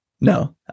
No